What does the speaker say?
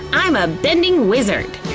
i'm a bending wizard!